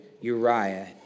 Uriah